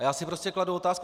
A já si prostě kladu otázku.